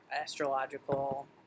astrological